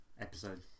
Episode